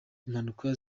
impanuka